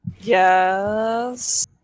Yes